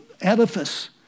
edifice